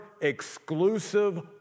exclusive